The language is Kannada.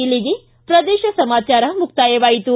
ಇಲ್ಲಿಗೆ ಪ್ರದೇಶ ಸಮಾಚಾರ ಮುಕ್ತಾಯವಾಯಿತು